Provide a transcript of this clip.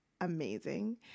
Amazing